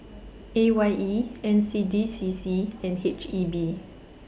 A Y E N C D C C and H E B